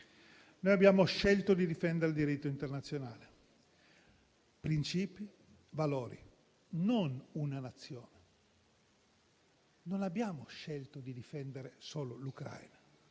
Noi abbiamo scelto di difendere il diritto internazionale, principi e valori, non una Nazione. Non abbiamo scelto di difendere solo l'Ucraina;